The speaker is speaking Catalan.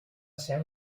seu